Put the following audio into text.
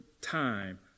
time